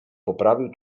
poprawił